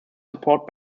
support